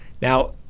Now